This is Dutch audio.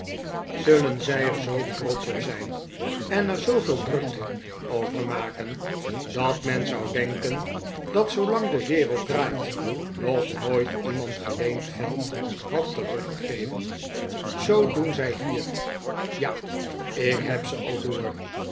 zullen zij er zoo trotsch op zijn en er zooveel drukte over maken dat men zou denken dat zoolang de wereld draait nog nooit iemand geleend geld had teruggegeven zoo doen zij hier ja ik heb ze al